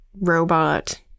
robot